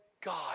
God